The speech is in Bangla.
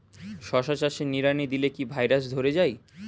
শশা চাষে নিড়ানি দিলে কি ভাইরাস ধরে যায়?